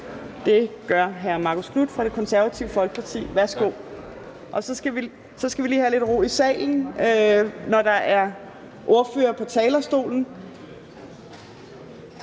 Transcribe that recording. Det gør hr. Marcus Knuth fra Det Konservative Folkeparti. Så skal vi lige have lidt ro i salen, når der er en ordfører på talerstolen.